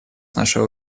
нашего